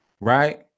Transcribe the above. right